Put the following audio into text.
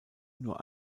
nur